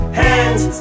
hands